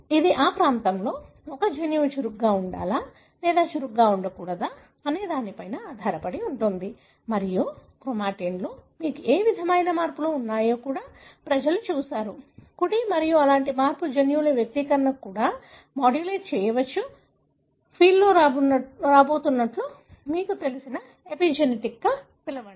ఇది ఆ ప్రాంతంలోని ఒక జన్యువు చురుకుగా ఉండాలా లేదా చురుకుగా ఉండకూడదా అనే దానిపై ఆధారపడి ఉంటుంది మరియు క్రోమాటిన్లో మీకు ఏ విధమైన మార్పులు ఉన్నాయో కూడా ప్రజలు చూశారు కుడి మరియు అలాంటి మార్పు జన్యువుల వ్యక్తీకరణను కూడా మాడ్యులేట్ చేయవచ్చు ఫీల్డ్లో రాబోతున్నట్లు మీకు తెలిసిన ఎపిజెనెటిక్గా పిలవండి